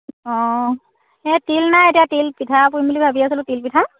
অঁ এই তিল নাই এতিয়া তিল পিঠা পুৰিম বুলি ভাবি আছিলোঁ তিল পিঠা